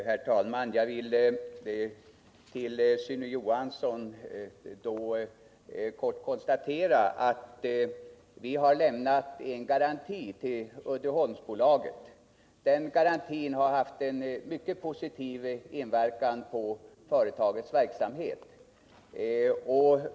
Herr talman! Med anledning av vad Sune Johansson nu sade vill jag i korthet konstatera att vi lämnat en garanti till Uddeholmsbolaget. Den garantin har haft en mycket positiv inverkan på företagets verksamhet.